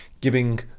giving